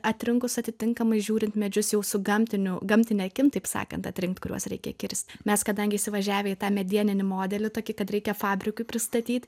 atrinkus atitinkamai žiūrint medžius jau su gamtiniu gamtine akim taip sakant atrinkt kuriuos reikia kirst mes kadangi įsivažiavę į tą medieninį modelį tokį kad reikia fabrikui pristatyt